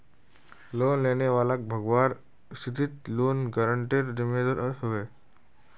loan लेने वालाक भगवार स्थितित लोन गारंटरेर जिम्मेदार ह बे